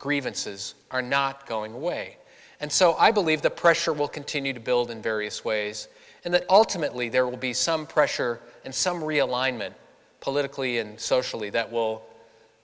grievances are not going away and so i believe the pressure will continue to build in various ways and that ultimately there will be some pressure and some realignment politically and socially that will